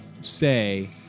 say